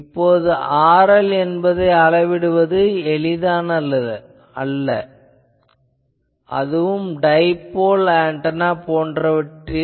இப்போது RL என்பதை அளவிடுவது எளிதானதல்ல அதுவும் டைபோல் ஆன்டெனா போன்றவற்றில்